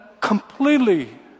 completely